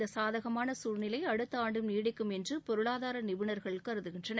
இந்த சாதகமான சூழ்நிலை அடுத்த ஆண்டும் நீடிக்கும் என்று பொருளாதார நிபுணர்கள் கருதுகின்றனர்